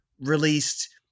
released